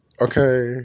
okay